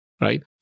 right